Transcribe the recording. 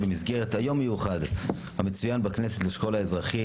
במסגרת היום המיוחד לשכול האזרחי בכנסת,